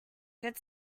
good